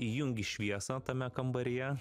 įjungi šviesą tame kambaryje